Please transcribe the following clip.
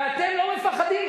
ואתם לא מפחדים.